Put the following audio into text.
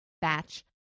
batch